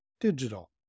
digital